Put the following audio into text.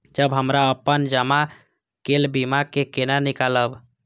जब हमरा अपन जमा केल बीमा के केना निकालब?